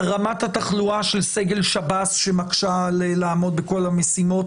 רמת התחלואה של סגל שב"ס שמקשה לעמוד בכל המשימות